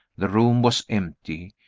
the room was empty.